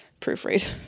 proofread